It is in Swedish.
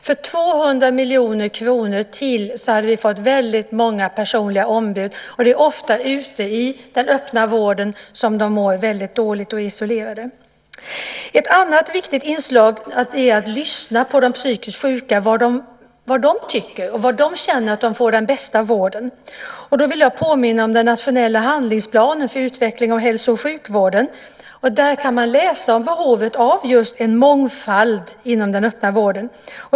För 200 miljoner kronor till hade vi fått väldigt många personliga ombud. Det är ofta ute i den öppna vården som människor mår väldigt dåligt och är isolerade. Ett annat viktigt inslag är att lyssna på de psykiskt sjuka och höra vad de tycker och var de känner att de får den bästa vården. Då vill jag påminna om den nationella handlingsplanen för utveckling av hälso och sjukvården. Där kan man läsa om behovet av just en mångfald inom den öppna vården.